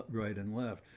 right and left,